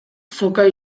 soka